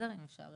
אם אפשר